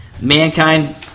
Mankind